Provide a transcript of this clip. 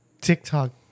TikTok